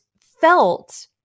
felt